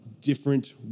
different